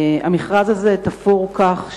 המכרז הזה תפור כך שאופן,